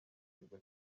kirwa